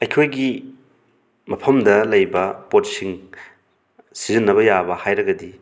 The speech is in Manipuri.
ꯑꯩꯈꯣꯏꯒꯤ ꯃꯐꯝꯗ ꯂꯩꯕ ꯄꯣꯠꯁꯤꯡ ꯁꯤꯖꯤꯟꯅꯕ ꯌꯥꯕ ꯍꯥꯏꯔꯒꯗꯤ